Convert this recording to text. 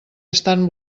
estan